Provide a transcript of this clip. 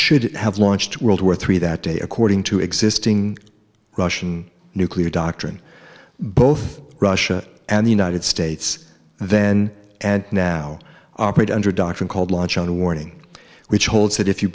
should have launched world war three that day according to existing russian nuclear doctrine both russia and the united states then and now operate under a doctrine called launch on warning which holds that if you